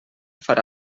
farà